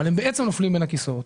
אבל הם בעצם נופלים בין הכיסאות.